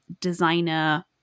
designer